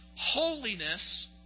holiness